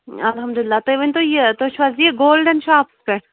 اَلحمدُاللہ تُہۍ ؤنۍ تَو یہِ تُہۍ چھُو حظ یہِ گولڈَن شاپَس پٮ۪ٹھ